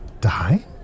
die